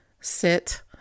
sit